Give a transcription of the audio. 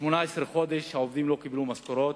18 חודש העובדים לא קיבלו משכורות,